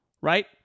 right